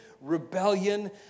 rebellion